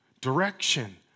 direction